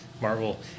Marvel